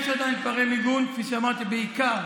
יש עדיין פערי מיגון, כפי שאמרתי, בעיקר